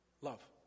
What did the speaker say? love